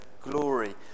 glory